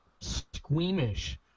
squeamish